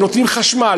הם נותנים חשמל,